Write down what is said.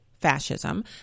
fascism